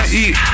eat